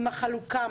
עם החלוקה,